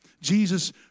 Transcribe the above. Jesus